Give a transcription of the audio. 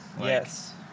yes